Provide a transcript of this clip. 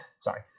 sorry